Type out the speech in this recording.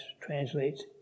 translates